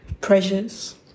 pressures